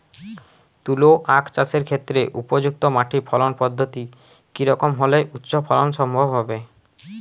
তুলো আঁখ চাষের ক্ষেত্রে উপযুক্ত মাটি ফলন পদ্ধতি কী রকম হলে উচ্চ ফলন সম্ভব হবে?